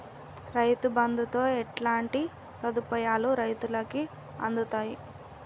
రైతు బంధుతో ఎట్లాంటి సదుపాయాలు రైతులకి అందుతయి?